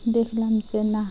দেখলাম যে নাহ